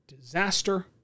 disaster